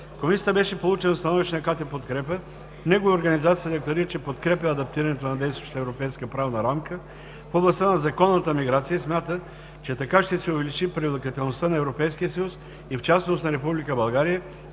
Комисията беше получено становището на КТ „Подкрепа“. В него организацията декларира, че подкрепя адаптирането на действащата европейска правна рамка в областта на законната миграция и смята, че така ще се увеличи привлекателността на Европейския съюз и в частност на Република България